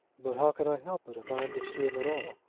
but how can i help it, if i am to see him at all?